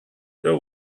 there